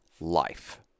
life